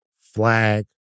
flag